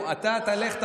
אתה תלך,